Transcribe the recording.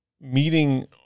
Meeting